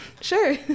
sure